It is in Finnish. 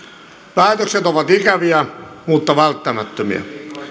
päätökset ovat ikäviä mutta välttämättömiä